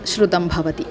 श्रुतं भवति